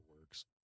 works